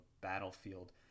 battlefield